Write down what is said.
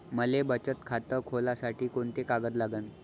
मले बचत खातं खोलासाठी कोंते कागद लागन?